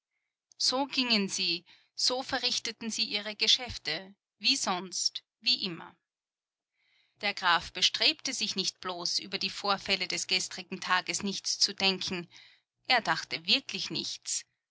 so gingen sie so verrichteten sie ihre geschäfte wie sonst wie immer der graf bestrebte sich nicht bloß über die vorfälle des gestrigen tages nichts zu denken er dachte wirklich nichts